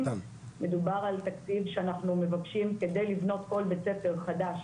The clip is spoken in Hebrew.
מדובר על תקציב שאנחנו מבקשים כדי לבנות כל בית ספר חדש